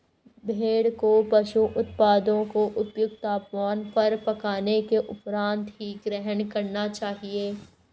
भेड़ को पशु उत्पादों को उपयुक्त तापमान पर पकाने के उपरांत ही ग्रहण करना चाहिए